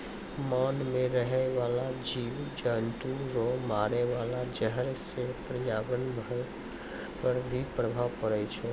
मान मे रहै बाला जिव जन्तु रो मारे वाला जहर से प्रर्यावरण पर भी प्रभाव पड़ै छै